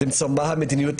להחליט מה תהיה המדיניות.